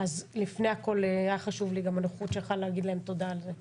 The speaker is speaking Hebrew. אז לפני הכול היה חשוב לי גם בנוכחות שלך להגיד להם תודה על זה.